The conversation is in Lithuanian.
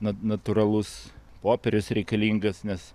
na natūralus popierius reikalingas nes